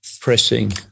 pressing